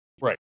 Right